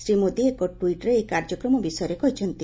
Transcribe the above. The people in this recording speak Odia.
ଶ୍ରୀ ମୋଦି ଏକ ଟ୍ୱିଟ୍ରେ ଏହି କାର୍ଯ୍ୟକ୍ରମ ବିଷୟରେ କହିଛନ୍ତି